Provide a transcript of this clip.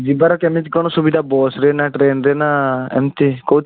ଯିବାର କେମତି କଣ ସୁବିଧା ବସ୍ରେ ନା ଟ୍ରେନ୍ରେ ନା ଏମିତି କୋଉଥିରେ